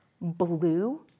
Blue